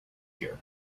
year